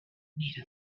made